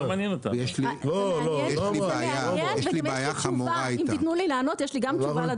ויש לי בעיה חמורה --- אם תתנו לי לענות יש לי גם תשובה.